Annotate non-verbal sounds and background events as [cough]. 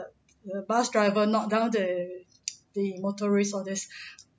the bus driver knocked down the [noise] the motorist all this